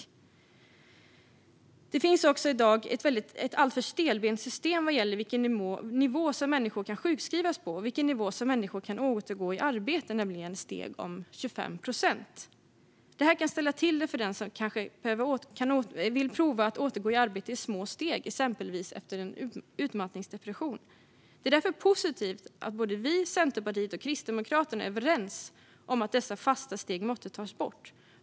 I dag finns också ett alltför stelbent system vad gäller på vilken nivå människor kan sjukskrivas och på vilken nivå människor kan återgå i arbete, nämligen steg om 25 procent. Det här kan ställa till det för den som vill prova att återgå i arbete i små steg, exempelvis efter en utmattningsdepression. Det är därför positivt att Sverigedemokraterna, Centerpartiet och Kristdemokraterna är överens om att dessa fasta steg måste tas bort.